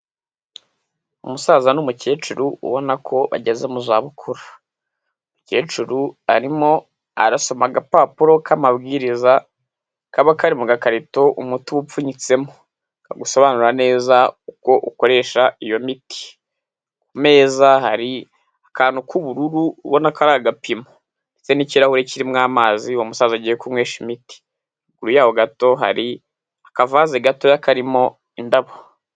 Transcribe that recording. Umusaza n'umukecuru ubona ko ageze mu zabukuru. Umukecuru arimo arasoma agapapuro k'amabwiriza kaba kari mu gakarito umuti uba upfunyitsemo kagusobanurira neza uko ukoresha iyo miti. Ku meza hari akantu k'ubururu ubona ko ari agapimo ndetse n'ikirahure kirimo amazi uwo umusaza agiye kunywesha imiti. Kure yaho gato hari akavaze gatoya karimo indabo.